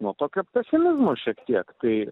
nu tokio pesimizmo šiek tiek tai